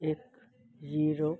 ਇੱਕ ਜ਼ੀਰੋ